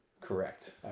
Correct